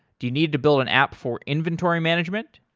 do you need to build an app for inventory management?